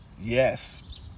Yes